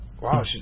Wow